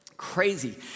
Crazy